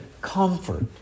comfort